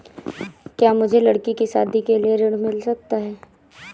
क्या मुझे लडकी की शादी के लिए ऋण मिल सकता है?